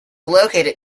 located